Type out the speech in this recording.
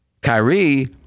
Kyrie